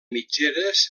mitgeres